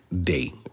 day